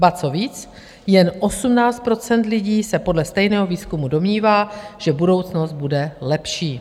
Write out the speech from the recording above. Ba co víc, jen 18 % lidí se podle stejného výzkumu domnívá, že budoucnost bude lepší.